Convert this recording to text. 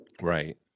Right